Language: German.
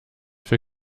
für